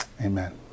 Amen